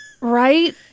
Right